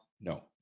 No